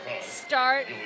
Start